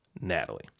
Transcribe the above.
Natalie